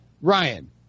Ryan